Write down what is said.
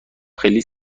خیلی